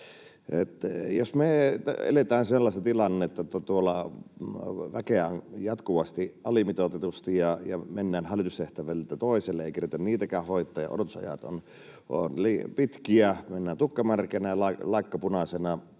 Jos me eletään sellaista tilannetta, että tuolla väkeä on jatkuvasti alimitoitetusti ja mennään hälytystehtävältä toiselle, ei keretä niitäkään hoitaa ja odotusajat ovat liian pitkiä, mennään tukka märkänä ja laikka punaisena